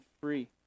free